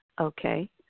Okay